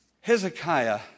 Hezekiah